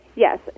Yes